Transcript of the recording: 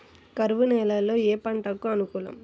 కరువు నేలలో ఏ పంటకు అనుకూలం?